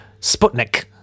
sputnik